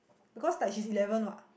because like she's eleven what